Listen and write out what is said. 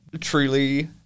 truly